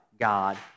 God